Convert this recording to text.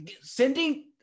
sending